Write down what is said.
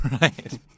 Right